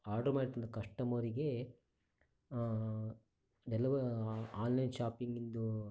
order ಮಾಡ್ತಿದ್ದ ಕಸ್ಟಮರ್ಗೆ ಡೆಲಿವ ಆನ್ಲೈನ್ ಶಾಪಿಂಗಿದ್ದು